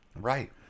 Right